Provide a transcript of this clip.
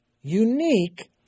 Unique